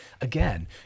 Again